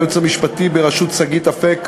לייעוץ המשפטי בראשות שגית אפיק,